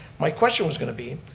my question was going to be,